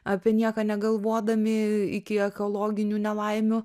apie nieką negalvodami iki ekologinių nelaimių